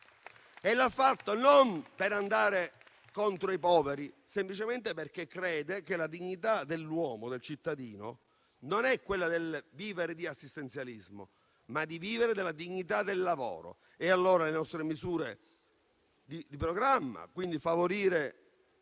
L'ha fatto non per andare contro i poveri, ma semplicemente perché crede che la dignità dell'uomo, del cittadino, non è vivere di assistenzialismo, ma vivere della dignità del lavoro. Ricordo le nostre misure di programma, tra cui favorire